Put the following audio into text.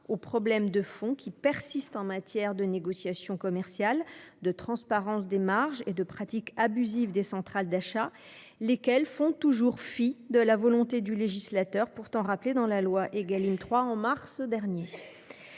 aux problèmes de fond qui persistent en matière de négociations commerciales, de transparence des marges et de pratiques abusives de centrales d’achat faisant toujours fi de la volonté du législateur, pourtant rappelée dans la loi du 30 mars 2023